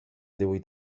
díhuit